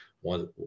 One